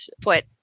put